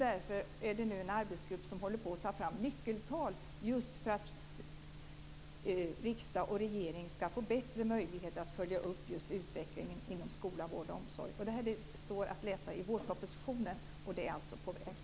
Därför finns det nu en arbetsgrupp som håller på att ta fram nyckeltal för att riksdag och regering skall få bättre möjlighet att följa upp utvecklingen inom skola, vård och omsorg. Det står att läsa i vårpropositionen. Det är alltså på väg.